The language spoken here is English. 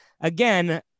again